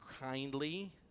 kindly